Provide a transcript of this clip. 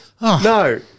No